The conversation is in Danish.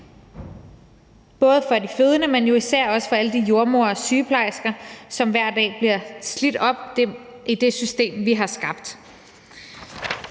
både for de fødende, men jo især også for alle de jordemødre og sygeplejersker, som hver dag bliver slidt op i det system, vi har skabt.